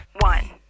one